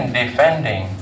defending